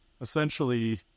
essentially